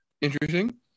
Interesting